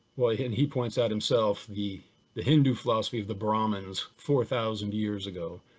well and he points out himself, the the hindu philosophy of the brahmans, four thousand years ago,